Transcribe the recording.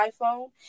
iPhone